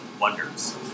wonders